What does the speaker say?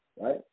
right